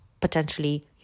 potentially